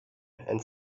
and